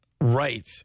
Right